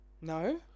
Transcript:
No